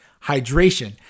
hydration